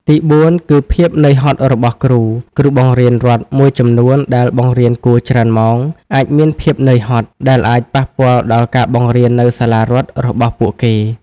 ទីបួន គឺភាពនឿយហត់របស់គ្រូ គ្រូបង្រៀនរដ្ឋមួយចំនួនដែលបង្រៀនគួរច្រើនម៉ោង អាចមានភាពនឿយហត់ ដែលអាចប៉ះពាល់ដល់ការបង្រៀននៅសាលារដ្ឋរបស់ពួកគេ។